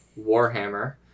Warhammer